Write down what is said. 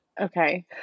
Okay